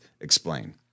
explain